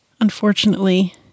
unfortunately